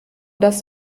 das